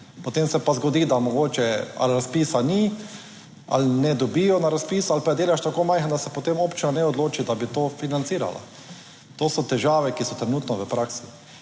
potem se pa zgodi, da mogoče ali razpisa ni ali ne dobijo na razpisu, ali pa je delež tako majhen, da se potem občina ne odloči, da bi to financirala. To so težave, ki so trenutno v praksi,